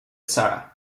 sarah